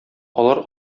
алар